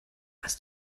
als